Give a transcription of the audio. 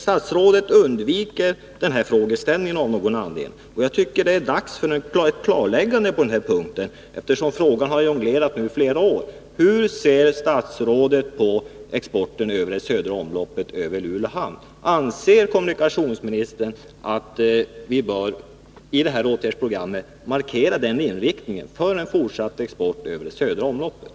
Statsrådet undviker av någon anledning den frågeställningen. Jag tycker att det är dags för ett klarläggande på den punkten, eftersom frågan har jonglerats fram och tillbaka nu i flera år. Hur ser statsrådet på exporten över det södra omloppet, över Luleå hamn? Anser kommunikationsministern att man i åtgärdsprogrammet bör markera en inriktning på en fortsatt export över det södra omloppet?